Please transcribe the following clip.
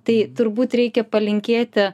tai turbūt reikia palinkėti